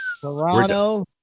Toronto